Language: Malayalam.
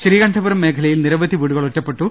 ശ്രീകണ്ഠപുരം മേഖല യിൽ നിരവധി വീടുകൾ ഒറ്റപ്പെട്ടു